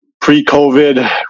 pre-COVID